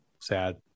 sad